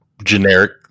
Generic